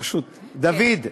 דוד,